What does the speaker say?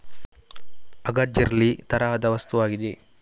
agar jelly ತರಹದ ವಸ್ತುವಾಗಿದೆ